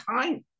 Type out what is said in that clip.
time